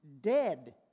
dead